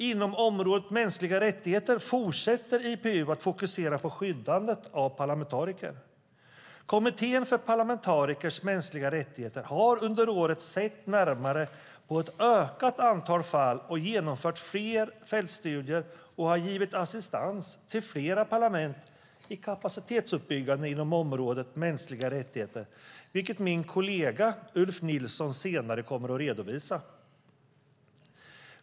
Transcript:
Inom området mänskliga rättigheter fortsätter IPU att fokusera på skyddandet av parlamentariker. Kommittén för parlamentarikers mänskliga rättigheter har under året sett närmare på ett ökat antal fall, genomfört flera fältstudier och givit assistans till flera parlament i kapacitetsuppbyggande inom området mänskliga rättigheter, vilket min kollega Ulf Nilsson senare kommer att redovisa.